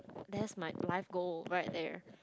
that's my life goal right there